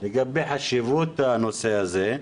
לגבי חשיבות הנושא הזה,